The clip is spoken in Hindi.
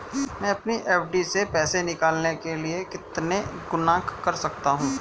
मैं अपनी एफ.डी से पैसे निकालने के लिए कितने गुणक कर सकता हूँ?